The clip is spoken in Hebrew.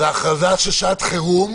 אז הכרזה של שעת חירום